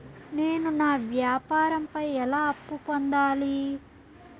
నేను నా వ్యాపారం పై ఎలా అప్పు పొందాలి?